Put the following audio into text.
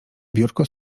biurko